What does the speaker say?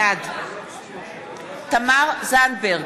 בעד תמר זנדברג,